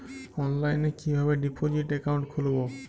অনলাইনে কিভাবে deposit account খুলবো?